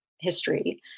history